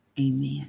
amen